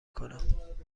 کنم